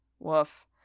Woof